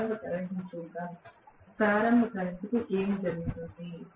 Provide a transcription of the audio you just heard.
ప్రారంభ కరెంట్ చూద్దాం ప్రారంభ కరెంట్కు ఏమి జరుగుతుంది